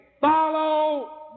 follow